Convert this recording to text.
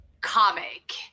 comic